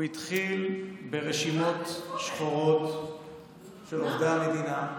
הוא התחיל ברשימות שחורות של עובדי המדינה,